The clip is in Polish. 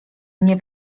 mnie